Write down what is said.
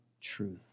truth